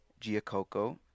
Giacoco